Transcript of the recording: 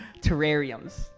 terrariums